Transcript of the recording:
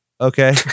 Okay